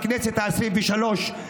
בכנסת העשרים-ושלוש,